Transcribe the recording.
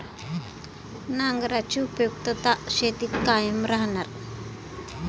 नांगराची उपयुक्तता शेतीत कायम राहणार